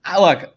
look